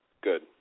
good